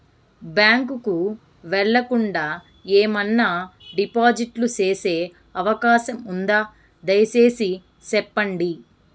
Bank కు వెళ్లకుండా, ఏమన్నా డిపాజిట్లు సేసే అవకాశం ఉందా, దయసేసి సెప్పండి?